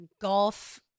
golf